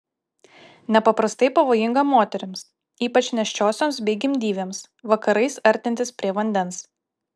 nepaprastai pavojinga moterims ypač nėščiosioms bei gimdyvėms vakarais artintis prie vandens